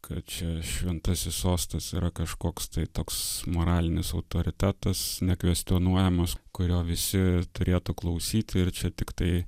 kad čia šventasis sostas yra kažkoks tai toks moralinis autoritetas nekvestionuojamas kurio visi turėtų klausyti ir čia tiktai